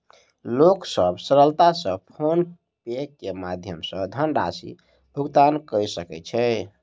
लोक सभ सरलता सॅ फ़ोन पे के माध्यम सॅ धनराशि भुगतान कय सकै छै